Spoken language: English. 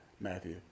Matthew